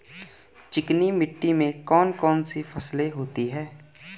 चिकनी मिट्टी में कौन कौन सी फसलें होती हैं?